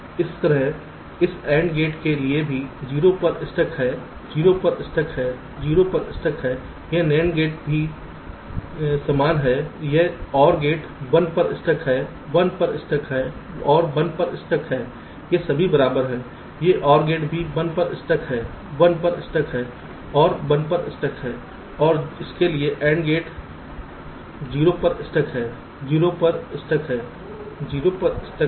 इसी तरह इस AND गेट के लिए भी 0 पर स्टक है 0 पर स्टक है 0 पर स्टक है यह NAD गेट भी समान है यह OR गेट 1 पर स्टक है 1 पर स्टक है और 1 पर स्टक है ये सभी बराबर हैं यह OR गेट भी 1 पर स्टक है 1 पर स्टक है और 1 पर स्टक है और इसके लिए AND गेट 0 पर स्टक है 0 पर स्टक है 0 पर स्टक है